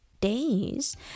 days